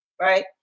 Right